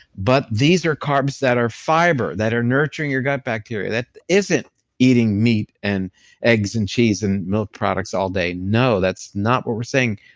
but these are carbs that are fiber, that are nurturing your gut bacteria, that isn't eating meat and eggs and cheese and milk products all day. no, that's not what we're saying,